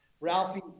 Ralphie